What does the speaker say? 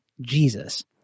Jesus